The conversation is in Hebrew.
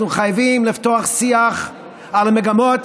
אנחנו חייבים לפתוח שיח על המגמות